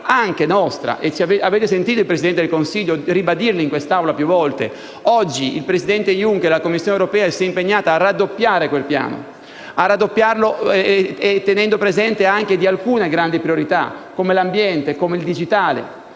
anche nostra - e avete sentito il Presidente del Consiglio ribadirlo più volte in quest'Assemblea - il presidente Juncker e la Commissione europea si sono impegnati a raddoppiare quel Piano, tenendo presenti alcune grandi priorità come l'ambiente, il digitale,